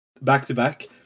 back-to-back